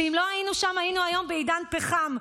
ואם לא היינו שם היינו היום בעידן פחם.